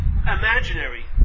imaginary